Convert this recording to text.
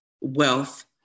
wealth